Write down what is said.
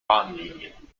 bahnlinien